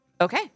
Okay